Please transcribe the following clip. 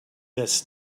this